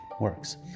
works